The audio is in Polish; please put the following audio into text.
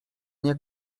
nie